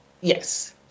Yes